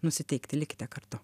nusiteikti likite kartu